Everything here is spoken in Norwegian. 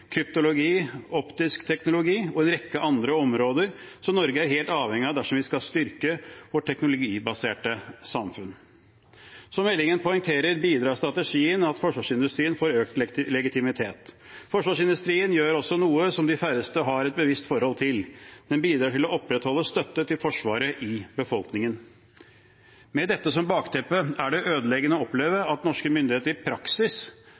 kryptologi, optisk teknologi og en rekke andre områder som Norge er helt avhengig av dersom vi skal styrke vårt teknologibaserte samfunn. Som meldingen poengterer, bidrar strategien til at forsvarsindustrien får økt legitimitet. Forsvarsindustrien gjør også noe som de færreste har et bevisst forhold til: Den bidrar til å opprettholde støtte til Forsvaret i befolkningen. Med dette som bakteppe er det ødeleggende å oppleve at norske myndigheter i praksis